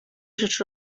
rzecz